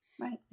Right